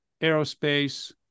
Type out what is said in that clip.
aerospace